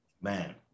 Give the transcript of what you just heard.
Man